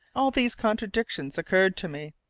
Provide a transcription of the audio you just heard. all these contradictions occurred to me.